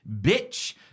bitch